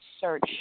search